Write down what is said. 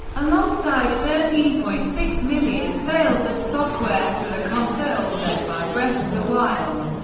alongside thirteen point six million sales of software for the console, led by breath of the wild,